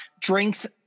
drinks